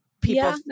people